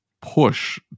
push